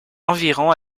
environ